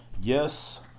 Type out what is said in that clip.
Yes